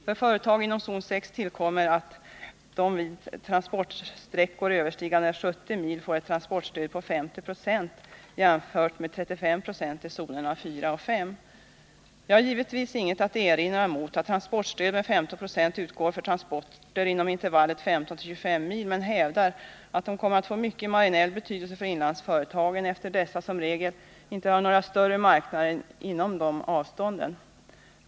För företagen inom zon 6 tillkommer, att de vid transportsträckor överstigande 70 mil får ett transportstöd på 50 96 jämfört med 35 96 i zonerna 4 och 5 Jag har givetvis inget att erinra mot att transportstöd med 15 96 utgår för transporter inom intervallen 15-25 mil men hävdar, att de kommer att få mycket marginell betydelse för inlandsföretagen eftersom dessa som regel inte har några större marknader inom dessa avstånd.